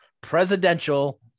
presidential